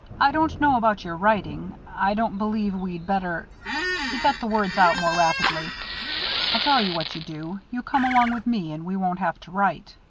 i don't know about your writing i don't believe we'd better he got the words out more rapidly i'll tell you what you do you come along with me and we won't have to write.